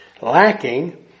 lacking